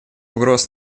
угроз